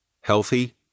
healthy